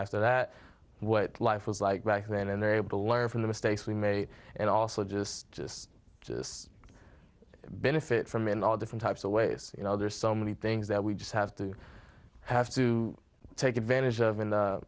after that what life was like back then and they're able to learn from the mistakes we made and also just benefit from in all different types of ways you know there's so many things that we just have to have to take advantage of